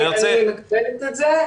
אני מקבלת את זה.